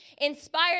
inspired